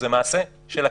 זה מעשה של הכנסת.